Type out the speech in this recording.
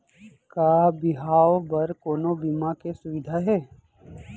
का बिहाव बर कोनो बीमा के सुविधा हे?